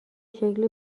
شکل